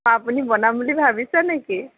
আপুনি বনাম বুলি ভাবিছে নেকি